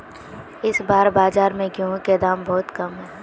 इस बार बाजार में गेंहू के दाम बहुत कम है?